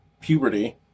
puberty